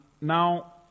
Now